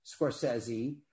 Scorsese